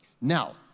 Now